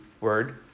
word